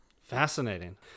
Fascinating